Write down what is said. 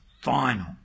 final